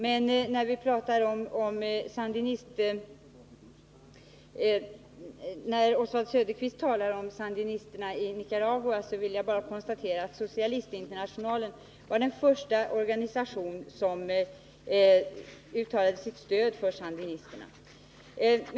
Men när Oswald Söderqvist talar om sandinisterna i Nicaragua vill jag bara konstatera att Socialistinternationalen var den första organisation som uttalade sitt stöd för sandinisterna.